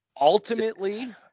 ultimately